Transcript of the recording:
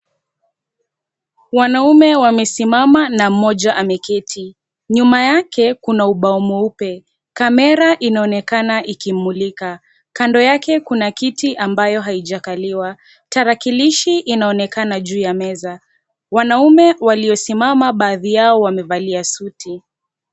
Wanaume wamesimama na mmoja ameketi, nyuma yake kuna ubao mweupe, kamera inaonekana ikimmulika kando yake kuna kiti ambayo haijakaliwa, tarakilishi inaonekana juu ya meza, wanaume waliosimama baadhi yao wamevalia suti.